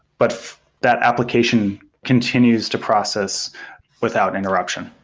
but that application continues to process without interruption.